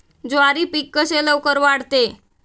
ज्वारी पीक कसे लवकर वाढते?